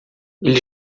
ele